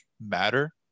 matter